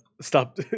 stop